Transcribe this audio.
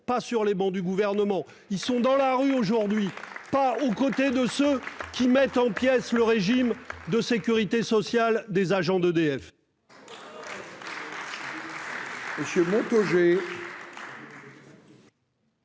pas au banc du Gouvernement ! Ils sont dans la rue, pas aux côtés de ceux qui mettent en pièces le régime de sécurité sociale des agents d'EDF